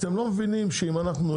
אתם לא מבינים שאם אנחנו,